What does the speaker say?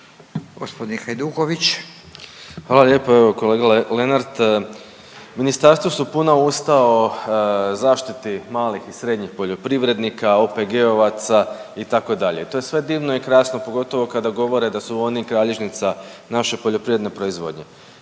(Socijaldemokrati)** Hvala lijepo. Evo kolega Lenart ministarstvu su puna usta o zaštiti malih i srednjih poljoprivrednika, OPG-ovaca itd. i to je sve divno i krasno pogotovo kada govore da su oni kralježnica naše poljoprivredne proizvodnje.